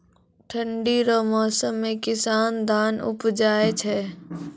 ठंढी रो मौसम मे किसान धान उपजाय छै